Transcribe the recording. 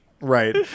right